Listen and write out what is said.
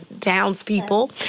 townspeople